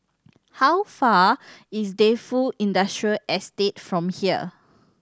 how far is Defu Industrial Estate from here